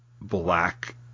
black